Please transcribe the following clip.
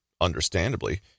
understandably